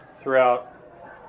throughout